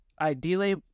ideally